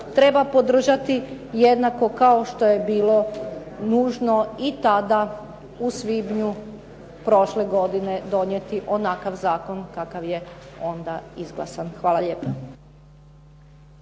treba podržati, jednako kao što je bilo nužno i tada u svibnju prošle godine donijeti onakav zakon kakav je onda izglasan. Hvala lijepa.